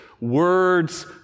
Words